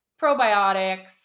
probiotics